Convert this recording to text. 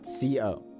co